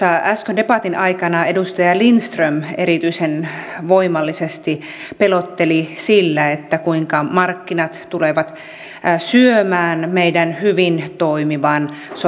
tuossa äsken debatin aikana edustaja lindtman erityisen voimallisesti pelotteli sillä kuinka markkinat tulevat syömään meidän hyvin toimivan sote järjestelmämme